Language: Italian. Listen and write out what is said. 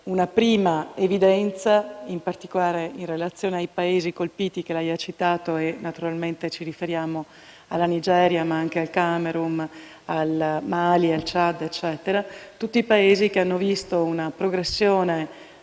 una prima evidenza, in particolare in relazione ai Paesi colpiti che lei ha citato. Naturalmente ci riferiamo alla Nigeria, ma anche al Camerun, al Mali, al Ciad, eccetera; tutti Paesi che hanno visto una progressione